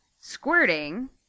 squirting